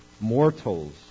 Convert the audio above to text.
mortals